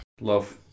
Love